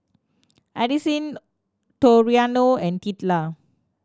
Addisyn Toriano and